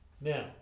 Now